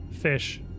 fish